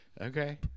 okay